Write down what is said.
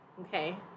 Okay